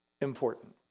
important